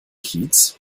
kiez